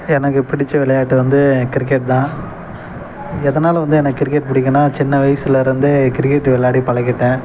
எனக்குப் பிடித்த விளையாட்டு வந்து கிரிக்கெட் தான் எதனால வந்து எனக்கு கிரிக்கெட் பிடிக்குன்னால் சின்ன வயசுலேருந்தே கிரிக்கெட்டு விளாடி பழகிட்டேன்